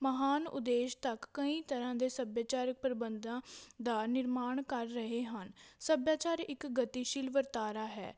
ਮਹਾਨ ਉਦੇਸ਼ ਤੱਕ ਕਈ ਤਰ੍ਹਾਂ ਦੇ ਸੱਭਿਆਚਾਰਕ ਪ੍ਰਬੰਧਾਂ ਦਾ ਨਿਰਮਾਣ ਕਰ ਰਹੇ ਹਨ ਸੱਭਿਆਚਾਰ ਇੱਕ ਗਤੀਸ਼ੀਲ ਵਰਤਾਰਾ ਹੈ